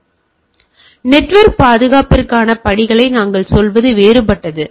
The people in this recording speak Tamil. எனவே இவை வேறுபட்டவை நெட்வொர்க்கைப் பாதுகாப்பதற்கான படிகளை நாங்கள் சொல்வது வேறுபட்டது